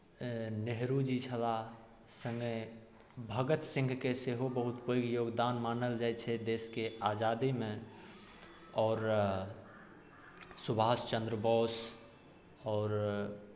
नेहरू जी छलाह सङ्गहि भगत सिंहके सेहो बहुत पैघ योगदान मानल जाइत छै देशके आजादीमे आओर सुभाष चन्द्र बोस आओर